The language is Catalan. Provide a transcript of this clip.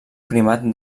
primat